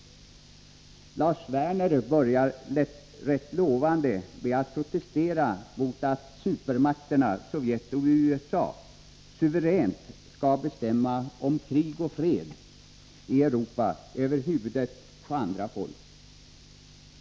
Lars Werner börjar rätt lovande med att protestera mot att supermakterna, Sovjet och USA, suveränt skall bestämma om krig och fred i Europa över huvudet på andra folk.